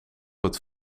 het